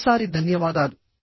మరోసారి ధన్యవాదాలు